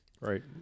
Right